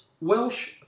Welsh